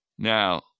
Now